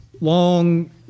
long